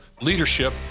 leadership